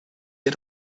had